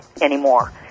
anymore